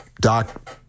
Doc